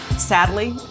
Sadly